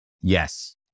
Yes